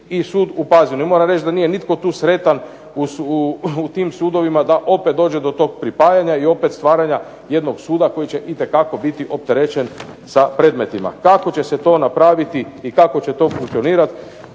i sud u Pazinu i moram reći da nije nitko tu sretan u tim sudovima da opet dođe do tog pripajanja i opet stvaranja jednog suda koji će itekako biti opterećen sa predmetima. Tako će se to napraviti i kako će to funkcionirati